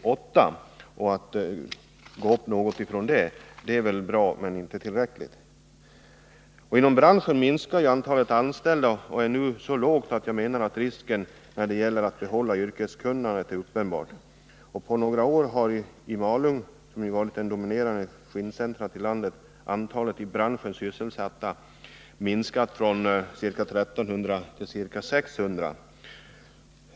Att man ökar tillverkningen något från denna låga nivå är bra, men det är inte tillräckligt. Antalet anställda inom branschen minskar och är nu så lågt att risken för att man inte skall kunna behålla yrkeskunnandet är uppenbar. På några år har i Malung, som varit det dominerande skinncentrat i landet, antalet i branschen sysselsatta minskat från ca 1 300 till ca 600.